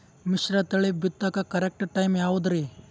ಮಿಶ್ರತಳಿ ಬಿತ್ತಕು correct time ಯಾವುದರಿ?